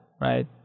right